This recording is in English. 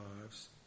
lives